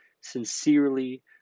sincerely